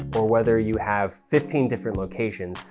or whether you have fifteen different locations,